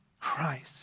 Christ